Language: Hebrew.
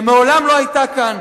שמעולם לא היתה כאן.